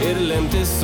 ir lemtis